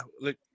look